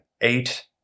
eight